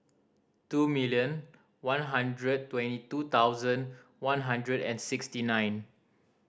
two million one hundred twenty two thousand one hundred and sixty nine